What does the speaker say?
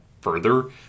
further